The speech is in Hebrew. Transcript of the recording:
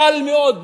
קל מאוד,